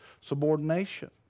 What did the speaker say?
subordination